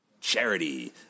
charity